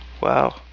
Wow